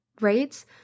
right